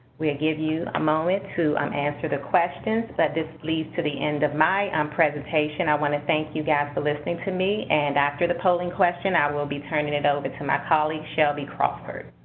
we'll give you a moment to um answer the question, but this leads to the end of my um presentation. i want to thank you, guys, for listening to me, and after the polling question, i will be turning it over to my colleague, shelby crawford.